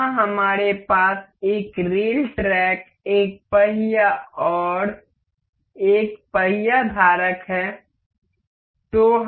यहां हमारे पास एक रेल ट्रैक एक पहिया और एक पहिया धारक है